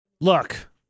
Look